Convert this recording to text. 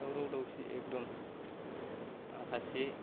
दावराव दावसि एखदम माखासे